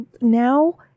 now